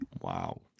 Wow